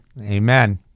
Amen